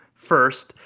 first.